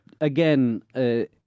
Again